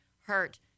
hurt